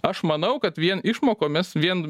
aš manau kad vien išmokomis vien